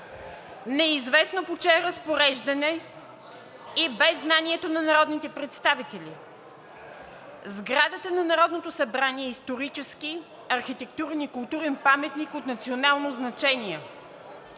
неизвестно по чие разпореждане и без знанието на народните представители. Сградата на Народното събрание е исторически, архитектурен и културен паметник от национално значение.